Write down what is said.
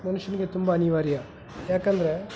ಮನುಷ್ಯನಿಗೆ ತುಂಬ ಅನಿವಾರ್ಯ ಯಾಕಂದರೆ